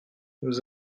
nous